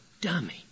dummy